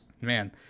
man